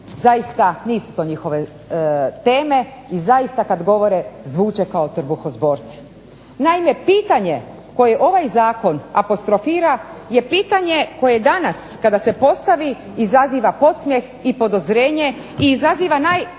zaista nisu to njihove teme i zaista kada govore zvuče kao trbuhozborci. Naime, pitanje koje ovaj zakon apostrofira je pitanje koje danas kada se postavi izaziva podsmjeh i podozrenje i izaziva u najblažu